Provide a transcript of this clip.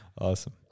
Awesome